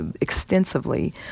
extensively